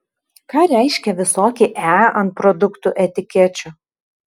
ką reiškia visokie e ant produktų etikečių